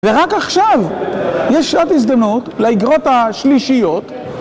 ורק עכשיו, יש עוד הזדמנות לאגרות השלישיות.